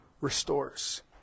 restores